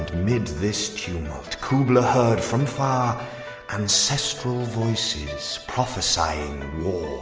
mid this tumult kubla heard from far ancestral voices prophesying